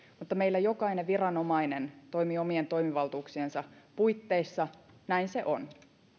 mutta meillä jokainen viranomainen toimii omien toimivaltuuksiensa puitteissa näin se on